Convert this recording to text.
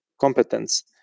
competence